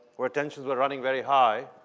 where tensions were running very high,